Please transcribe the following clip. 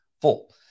full